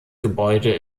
gebäude